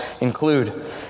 include